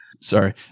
Sorry